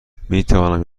میتوانم